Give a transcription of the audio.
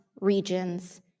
regions